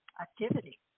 activity